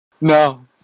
No